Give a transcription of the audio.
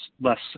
less